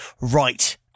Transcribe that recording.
right